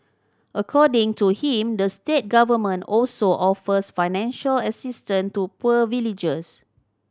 according to him the state government also offers financial assistance to poor villagers